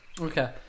Okay